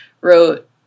wrote